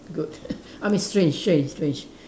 good I mean strange strange strange